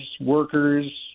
workers